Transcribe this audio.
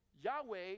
Yahweh